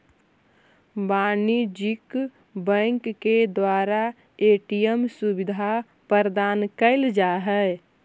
वाणिज्यिक बैंक के द्वारा ए.टी.एम सुविधा प्रदान कैल जा हइ